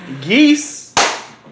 Geese